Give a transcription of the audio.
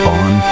on